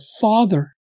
Father